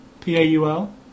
P-A-U-L